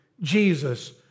Jesus